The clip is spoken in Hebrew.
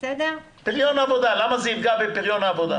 למה זה יפגע בפריון העבודה?